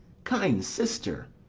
kind sister,